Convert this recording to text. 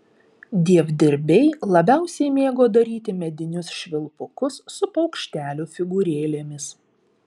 dievdirbiai labiausiai mėgo daryti medinius švilpukus su paukštelių figūrėlėmis